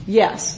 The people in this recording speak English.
yes